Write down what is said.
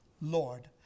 Lord